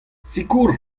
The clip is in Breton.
sikour